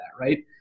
right